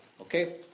Okay